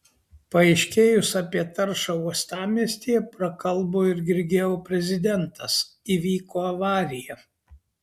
paaiškėjus apie taršą uostamiestyje prakalbo ir grigeo prezidentas įvyko avarija